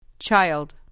Child